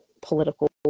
political